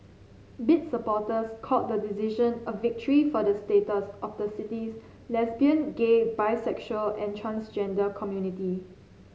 bid supporters called the decision a victory for the status of the city's lesbian gay bisexual and transgender community